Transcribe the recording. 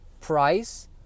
price